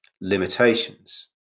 limitations